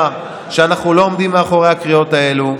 שאנחנו לא עומדים מאחורי הקריאות האלה.